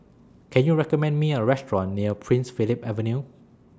Can YOU recommend Me A Restaurant near Prince Philip Avenue